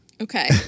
Okay